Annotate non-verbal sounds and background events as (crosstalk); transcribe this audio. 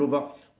(coughs)